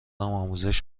آموزش